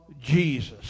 Jesus